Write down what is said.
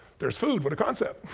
there's food, what a concept